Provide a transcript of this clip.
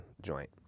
joint